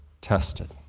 tested